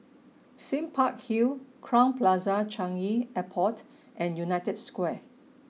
Sime Park Hill Crowne Plaza Changi Airport and United Square